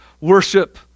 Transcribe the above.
worship